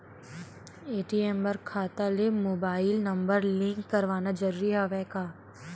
ATM बर खाता ले मुबाइल नम्बर लिंक करवाना ज़रूरी हवय का?